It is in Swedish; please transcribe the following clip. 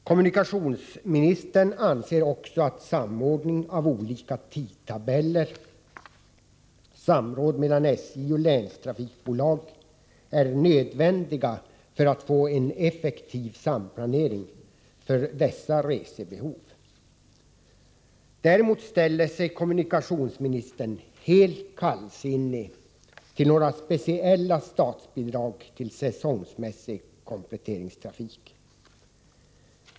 Kommunikationsministern anser också att samordning av olika tidtabeller och samråd mellan SJ och länstrafikbolag är nödvändiga för att få en effektiv samplanering för dessa resebehov. Däremot ställer sig kommunikationsministern helt kallsinnig till några speciella statsbidrag när det gäller säsongsmässig kompletteringstrafik.